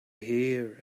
here